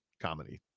comedy